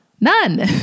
none